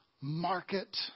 market